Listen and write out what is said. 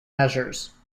measures